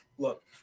look